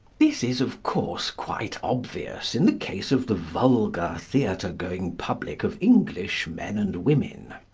this is, of course, quite obvious in the case of the vulgar theatre-going public of english men and women.